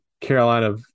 Carolina